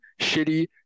shitty